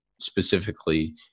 specifically